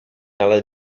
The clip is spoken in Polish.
ale